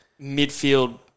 midfield